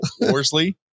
Worsley